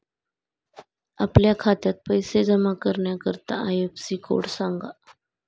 आपल्या खात्यात पैसे जमा करण्याकरता आय.एफ.एस.सी कोड सांगा